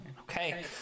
Okay